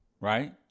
Right